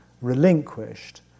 relinquished